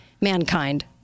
mankind